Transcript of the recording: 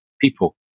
people